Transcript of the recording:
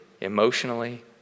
emotionally